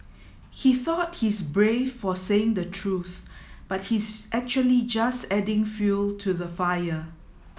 he thought he's brave for saying the truth but he's actually just adding fuel to the fire